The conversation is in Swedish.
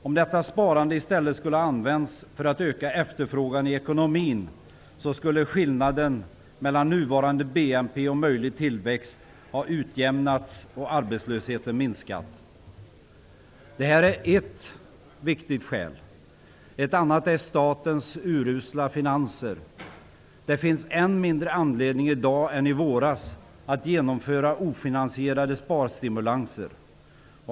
Om detta sparande i stället skulle användas för att öka efterfrågan i ekonomin, skulle skillnaden mellan nuvarande BNP och möjlig tillväxt ha utjämnats och arbetslösheten ha minskat. Detta är ett viktigt skäl. Ett annat är statens urusla finanser. Det finns än mindre anledning i dag än i våras att genomföra ofinansierade sparstimulanser.